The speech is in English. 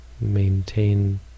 maintain